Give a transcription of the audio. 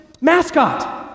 mascot